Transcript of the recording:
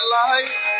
light